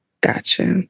Gotcha